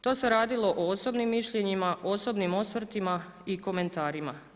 To se radilo o osobnim mišljenjima, osobnim osvrtima i komentarima.